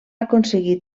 aconseguir